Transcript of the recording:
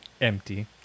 empty